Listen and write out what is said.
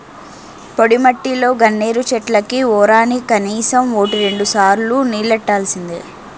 పొడిమట్టిలో గన్నేరు చెట్లకి వోరానికి కనీసం వోటి రెండుసార్లు నీల్లెట్టాల్సిందే